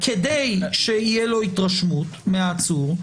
כדי שתהיה לו התרשמות מהעצור,